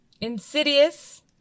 Insidious